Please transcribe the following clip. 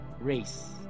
race